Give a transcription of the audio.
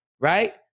right